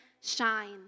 shine